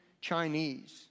Chinese